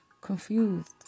Confused